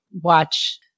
watch